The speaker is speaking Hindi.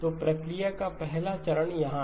तो प्रक्रिया का पहला चरण यहाँ है